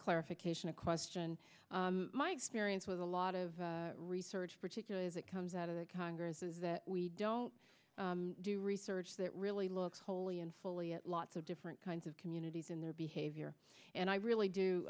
clarification a question my experience with a lot of research particularly as it comes out of the congress is that we don't do research that really looks wholly and fully at lots of different kinds of communities in their behavior and i really do